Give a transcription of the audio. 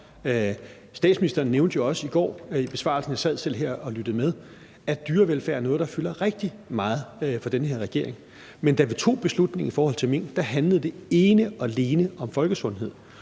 lyttede med – at dyrevelfærd er noget, der fylder rigtig meget for den her regering. Men da vi tog beslutningen i forhold til mink, handlede det ene og alene om folkesundhed.